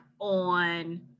on